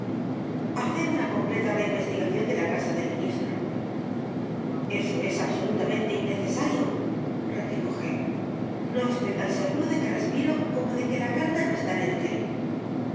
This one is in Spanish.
hacer una completa reinvestigación de la casa del ministro eso es absolutamente innecesario replicó g no estoy tan seguro de que respiro como de que la carta no está en el hotel